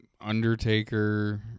Undertaker